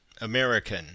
American